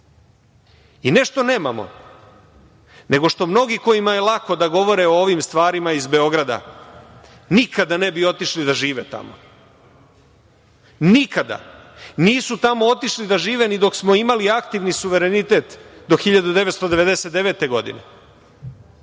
i ne što nemamo nego što mnogi kojima je lako da govore o ovim stvarima iz Beograda nikada ne bi otišli da žive tamo, nikada. Nisu tamo otišli da žive ni dok smo imali aktivni suverenitet do 1999. godine.